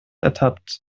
ertappt